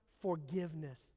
forgiveness